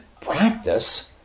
practice